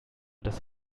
das